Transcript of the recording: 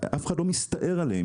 אף אחד לא מסתער עליהם.